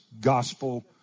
gospel